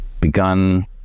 begun